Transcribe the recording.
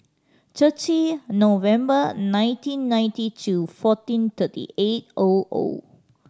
thirty November nineteen ninety two fourteen thirty eight O O